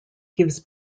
gives